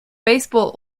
baseball